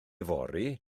fory